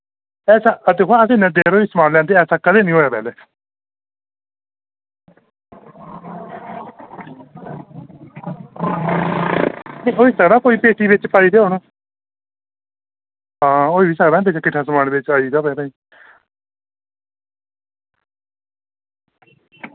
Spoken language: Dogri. दिक्खो हां असें इन्ना चिर होई गेआ समान लैंदे ऐसा कदें निं होएआ पैह्लें होई सकदा कोई पेटी बिच्च पाई गेदे होन हां होई बी सकदा किट्ठा समान बिच्च आई गेदा होऐ